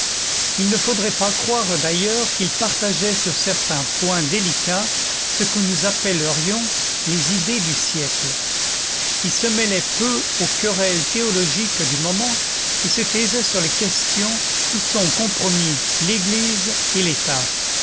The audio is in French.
il ne faudrait pas croire d'ailleurs qu'il partageait sur certains points délicats ce que nous appellerions les idées du siècle il se mêlait peu aux querelles théologiques du moment et se taisait sur les questions où sont compromis l'église et l'état